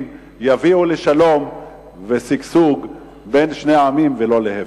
יביאו לשלום ושגשוג בין שני העמים ולא להיפך.